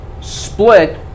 split